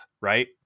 right